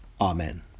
Amen